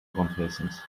conferences